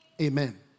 Amen